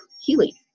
healing